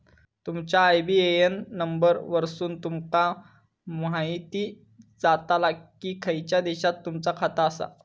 तुमच्या IBAN number वरसुन तुमका म्हायती जाताला की खयच्या देशात तुमचा खाता आसा